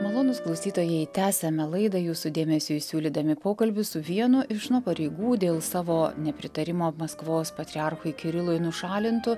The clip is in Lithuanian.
malonūs klausytojai tęsiame laidą jūsų dėmesiui siūlydami pokalbį su vienu iš nuo pareigų dėl savo nepritarimo maskvos patriarchui kirilui nušalintu